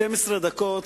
12 דקות,